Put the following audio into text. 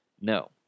no